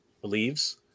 believes